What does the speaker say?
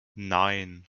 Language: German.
nein